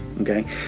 Okay